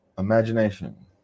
Imagination